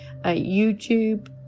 YouTube